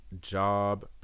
job